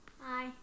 Hi